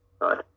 Right